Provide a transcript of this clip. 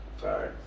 Sorry